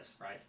right